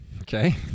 Okay